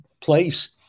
place